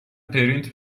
پرینت